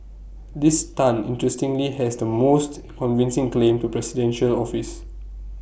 this Tan interestingly has the most convincing claim to presidential office